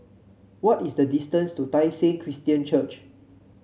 what is the distance to Tai Seng Christian Church